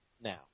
now